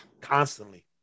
constantly